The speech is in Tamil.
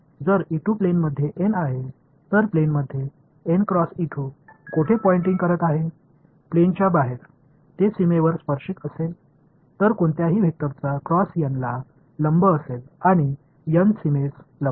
எனவே இது எங்களுக்கு உடனடியாக ஒரு டான்ஜென்ஷியல் புலத்தை வழங்க வெக்டர் களைப் பயன்படுத்துவதற்கான மிக புத்திசாலித்தனமான வழியாகும் உயர்நிலைப்பள்ளி முறையில் இது போன்ற அல்லது டான்ஜென்ஷியல் என்று எழுதலாம்